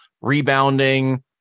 rebounding